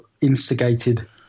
instigated